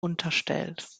unterstellt